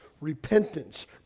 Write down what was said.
Repentance